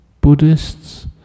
Buddhists